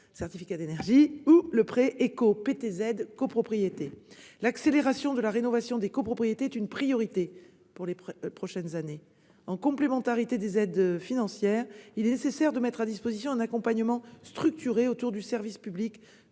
d'économie d'énergie), ou le prêt éco-PTZ copropriétés. L'accélération de la rénovation des copropriétés est une priorité pour les prochaines années. En complémentarité des aides financières, il est nécessaire de mettre à disposition un accompagnement structuré autour du service public